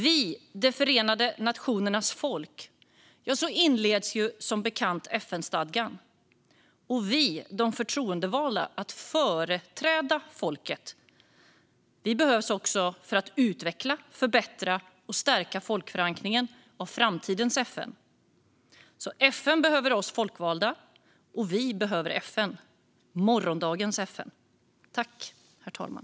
"Vi, de förenade nationernas folk ." är som bekant inledningsorden i FN-stadgan. Och vi, de förtroendevalda, är valda att företräda folket. Vi behövs också för att utveckla, förbättra och stärka folkförankringen och framtidens FN. FN behöver oss folkvalda, och vi behöver FN, morgondagens FN.